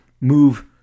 move